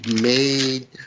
made